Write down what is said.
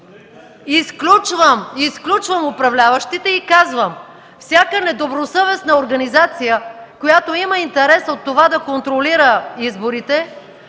Изключвам управляващите и казвам: всяка недобросъвестна организация, която има интерес от това да контролира изборите